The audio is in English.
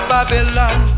Babylon